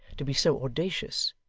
to be so audacious,